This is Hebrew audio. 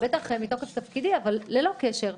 בטח מתוקף תפקידי אבל ללא קשר.